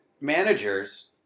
managers